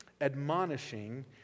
admonishing